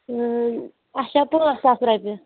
اۭں اَچھا پانٛژھ ساس رۄپیہِ